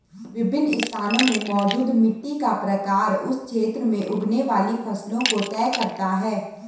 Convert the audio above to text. विभिन्न स्थानों में मौजूद मिट्टी का प्रकार उस क्षेत्र में उगने वाली फसलों को तय करता है